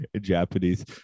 japanese